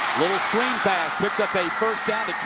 little screen pass. picks up a first down.